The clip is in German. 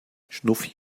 schnuffi